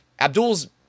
Abdul's